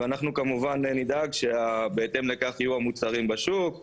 ונדאג שבהתאם לכך יהיו המוצרים בשוק.